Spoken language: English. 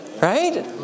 Right